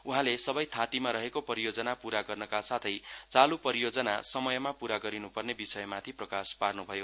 उहाँले सबै थाँतिमा रहेको परियोजना पूरा गर्नका साथै चालू परियोजना समयमा पूरा गरिनुपर्ने विषयमाथि प्रकाश पार्न्भयो